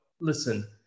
listen